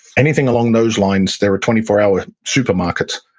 anything along those lines. there are twenty four hour supermarkets.